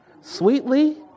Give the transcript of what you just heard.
sweetly